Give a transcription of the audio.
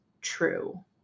true